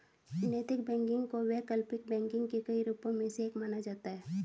नैतिक बैंकिंग को वैकल्पिक बैंकिंग के कई रूपों में से एक माना जाता है